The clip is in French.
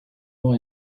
noir